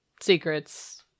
secrets